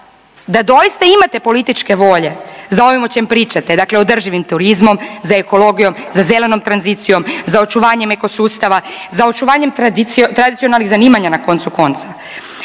da doista imate političke volje za ovim o čem pričate, dakle održivim turizmom, za ekologijom, za zelenom tranzicijom, za očuvanjem eko sustava, za očuvanjem tradicije, tradicionalnih zanimanja na koncu konca,